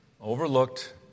overlooked